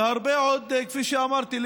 וכפי שאמרתי,